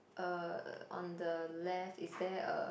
uh on the left is there a